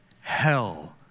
Hell